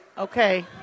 Okay